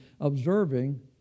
observing